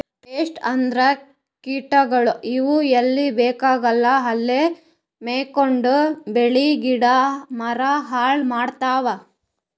pest ಅಂದ್ರ ಕೀಟಗೋಳ್, ಇವ್ ಎಲ್ಲಿ ಬೇಕಾಗಲ್ಲ ಅಲ್ಲೇ ಮೆತ್ಕೊಂಡು ಬೆಳಿ ಗಿಡ ಮರ ಹಾಳ್ ಮಾಡ್ತಾವ್